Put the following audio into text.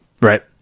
Right